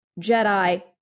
Jedi